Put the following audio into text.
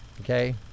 Okay